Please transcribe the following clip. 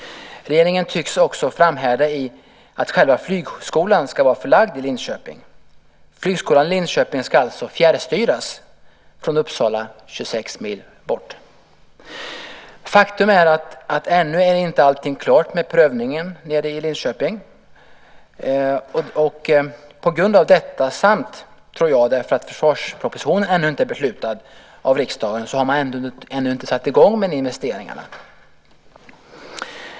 Regeringen tycks dock framhärda i att själva flygskolan ska vara förlagd till Linköping. Flygskolan i Linköping ska alltså fjärrstyras från Uppsala 26 mil bort. Faktum är att ännu är inte allting klart med prövningen nere i Linköping. På grund av detta samt, tror jag, därför att riksdagen ännu inte fattat beslut om försvarspropositionen har man inte satt i gång med dessa investeringar.